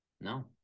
No